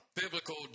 biblical